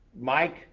Mike